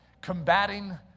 Combating